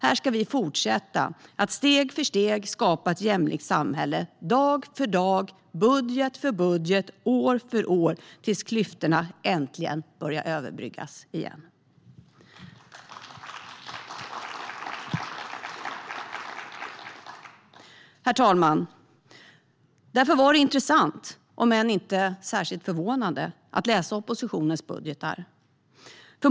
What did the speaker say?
Här ska vi fortsätta att steg för steg skapa ett jämlikt samhälle - dag för dag, budget för budget, år för år, tills klyftorna äntligen börjar överbryggas igen. Herr talman! Därför var det intressant, om än inte särskilt förvånande, att läsa oppositionens budgetar.